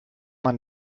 man